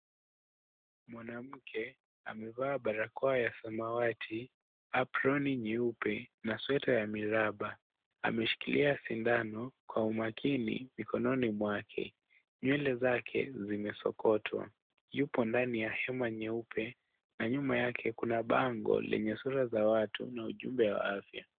Mwanamke, amevaa barakoa ya samawati, aproni nyeupe na sweta ya miraba. Ameshikilia sindano kwa umakini, mikononi mwake. Nywele zake, zimesokotwa. Yupo ndani ya hema nyeupe na nyuma yake kuna bango lenye sura za watu na ujumbe wa afya.